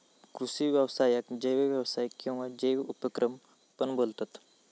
कृषि व्यवसायाक जैव व्यवसाय किंवा जैव उपक्रम पण बोलतत